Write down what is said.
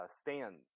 stands